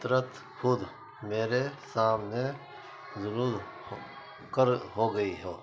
ترت خود میرے سامنے لرز ہو کر ہو گئی ہو